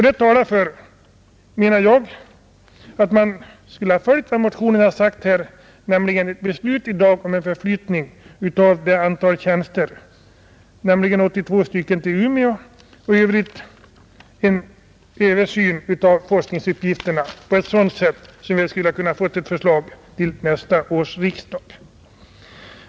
Det talar för, menar jag, att man skulle ha följt vad motionen föreslagit, nämligen ett beslut i dag om en förflyttning av ett antal tjänster, närmare bestämt 82, till Umeå och i övrigt en översyn av forskningsuppgifterna på ett sådant sätt att man skulle ha kunnat få ett förslag till nästa års riksdag.